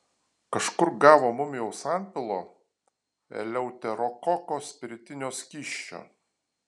kažkur gavo mumijaus antpilo eleuterokoko spiritinio skysčio